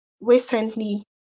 Recently